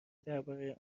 درباره